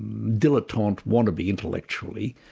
dilettante wannabe intellectually.